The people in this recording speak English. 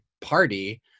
party